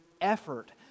effort